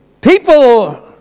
People